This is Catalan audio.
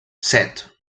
set